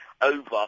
over